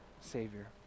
Savior